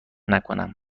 نکنم